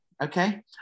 Okay